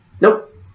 Nope